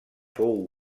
fou